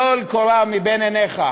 טול קורה מבין עיניך.